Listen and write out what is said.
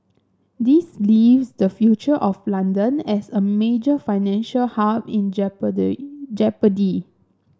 this leaves the future of London as a major financial hub in jeopardy